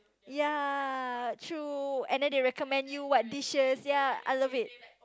ya true and then they recommend you what dishes ya I love it